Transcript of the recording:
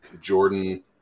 Jordan